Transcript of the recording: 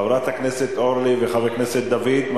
חברת הכנסת אורלי לוי וחבר כנסת דוד אזולאי,